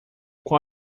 qual